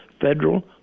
federal